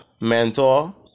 mentor